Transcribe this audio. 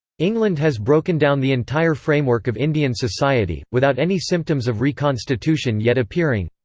england has broken down the entire framework of indian society, without any symptoms of reconstitution yet appearing.